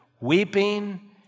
weeping